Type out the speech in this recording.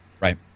right